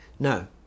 No